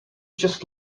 just